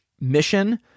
mission